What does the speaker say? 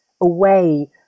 away